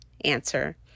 answer